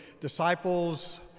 disciples